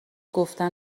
گفتن